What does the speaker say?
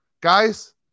guys